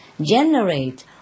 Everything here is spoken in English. generate